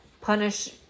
punish